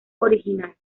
original